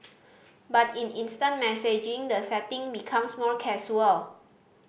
but in instant messaging the setting becomes more casual